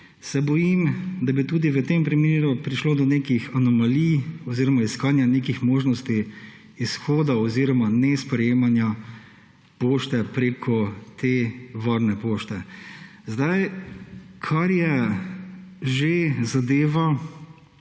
se bojim, da bi tudi v tem primeru prišlo do nekih anomalij oziroma iskanja nekih možnosti, izhodov oziroma nesprejemanja pošte prek te varne pošte. Kot tudi sami